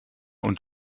und